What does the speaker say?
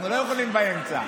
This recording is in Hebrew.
אנחנו לא יכולים באמצע.